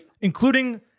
including